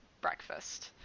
breakfast